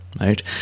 right